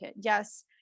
yes